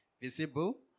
visible